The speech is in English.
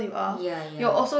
ya ya